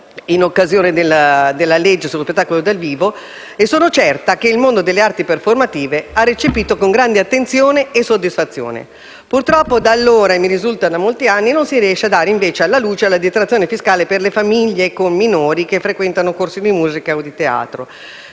in occasione dell'esame del provvedimento sullo spettacolo dal vivo: sono certa che il mondo delle arti performative l'ha recepita con grande attenzione e soddisfazione. Purtroppo da allora - e mi risulta da molti anni - non si riesce a dare invece alla luce la detrazione fiscale per le famiglie con figli minori che frequentino corsi di musica o di teatro.